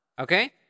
Okay